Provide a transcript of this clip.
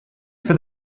for